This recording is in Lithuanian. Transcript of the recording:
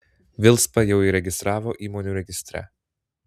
vilspą jau įregistravo įmonių registre